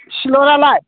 सिलरालाय